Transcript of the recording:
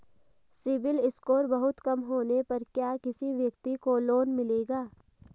CIBIL score बहुत कम होने पर क्या किसी व्यक्ति को लोंन मिलेगा?